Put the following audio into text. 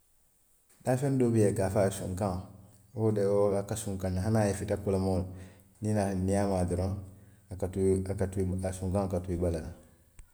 Daafeŋ doo bi jee i ka a fo a ye sunkaŋo, wo de wo ka sunkaŋ ne, hani a ye i fita kolomoo la niŋ i naata niŋ i ye a maa doroŋ, a ka tuu a katuu a sunkaŋo ka tu i bala le.